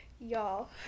Y'all